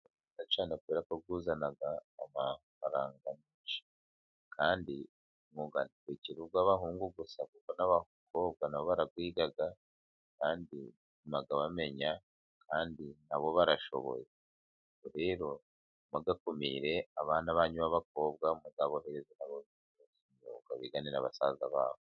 Umwuga ni mwiza cyane kubera ko uzana amafaranga menshi, kandi umwuga ntukiri uw'abahungu gusa kuko n'abakobwa na barabwiga, kandi utuma bamenya, kandi na bo barashoboye . Rero ntimugakumire abana banyu b'abakobwa muzabohereze muri kino kiruhuko bigane na basaza babo.